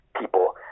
people